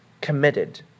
committed